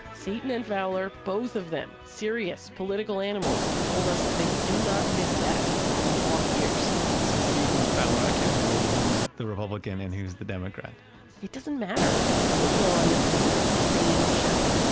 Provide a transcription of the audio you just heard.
seaton and fowler both of them serious political animals told us they do not miss that in the off years so seaton, fowler, i can't remember who's the republican and who's the democrat it doesn't matter. they're putting on the same show